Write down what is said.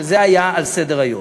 אז זה היה על סדר-היום.